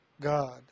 God